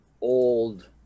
old